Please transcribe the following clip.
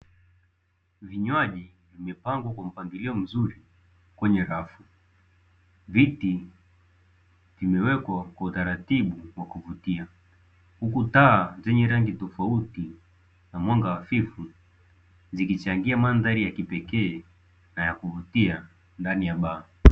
Vinywaji vimepangwa kwa mpangilio mzuri kwenye rafu. Viti vimewekwa kwa utaratibu wa kuvutia huku taa zenye rangi tofauti na mwanga hafifu, zikichangia mandhari ya kipekee na ya kuvutia ndani ya baa.